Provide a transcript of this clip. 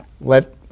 let